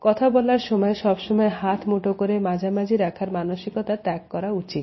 কথা বলার সময় সব সময় হাত মুঠো করে মাঝামাঝি রাখার মানসিকতা ত্যাগ করা উচিত